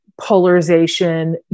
polarization